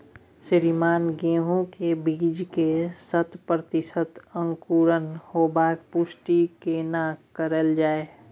श्रीमान गेहूं के बीज के शत प्रतिसत अंकुरण होबाक पुष्टि केना कैल जाय?